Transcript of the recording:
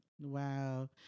wow